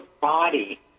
body